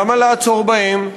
למה לעצור בהם?